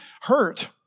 hurt